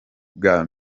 bwa